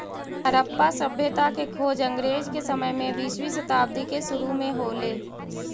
हड़प्पा सभ्यता के खोज अंग्रेज के समय में बीसवीं शताब्दी के सुरु में हो ले